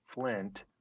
Flint